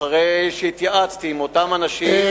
אחרי שהתייעצתי עם אותם אנשים,